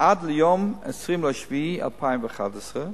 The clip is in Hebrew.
"עד ליום 20 ביולי 2011,